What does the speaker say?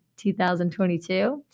2022